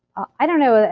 i don't know, ah